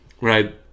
right